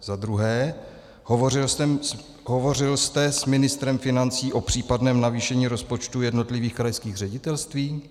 Za druhé: Hovořil jste s ministrem financí o případném navýšení rozpočtů jednotlivých krajských ředitelství?